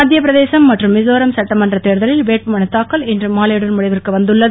மத்தியப்பிரதேசம் மற்றும் மிசோராம் சட்டமன்றத் தேர்தலில் வேட்புமனு தாக்கல் இன்று மாலையுடன் முடிவிற்கு வந்துள்ளது